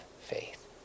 faith